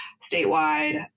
statewide